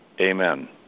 Amen